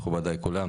מכובדי כולם.